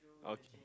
okay